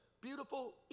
beautiful